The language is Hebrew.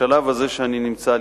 בשלב הזה שאני נמצא,